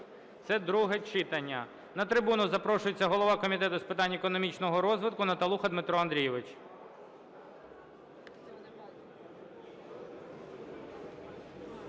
Це друге читання. На трибуну запрошується голова Комітету з питань економічного розвитку Наталуха Дмитро Андрійович.